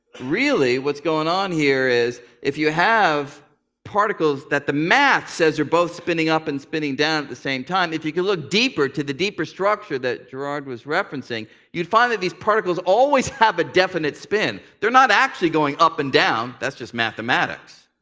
really, what's going on here is, if you have particles that the math says are both spinning up and spinning down at the same time, if you could look deeper to the deeper structure that gerard was referencing, you'd find that these particles always have a definite spin. they're not actually going up and down that's just mathematics.